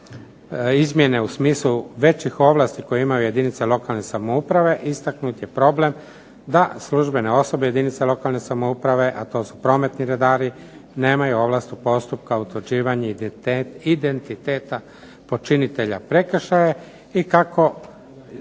izmjene u smislu većih ovlasti koje imaju jedinice lokalne samouprave istaknut je problem da službene osobe jedinica lokalne samouprave, a to su prometni redari, nemaju ovlast u postupku utvrđivanja identiteta počinitelja prekršaja i kako